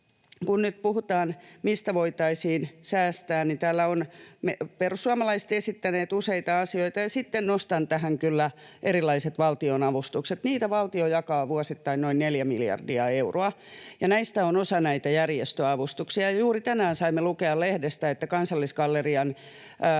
kun nyt puhutaan, mistä voitaisiin säästää, niin täällä ovat perussuomalaiset esittäneet useita asioita, ja sitten nostan tähän kyllä erilaiset valtionavustukset. Niitä valtio jakaa vuosittain noin neljä miljardia euroa, ja näistä on osa näitä järjestöavustuksia. Juuri tänään saimme lukea lehdestä, että yksi Kansallisgallerian pomoista